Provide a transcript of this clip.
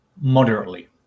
moderately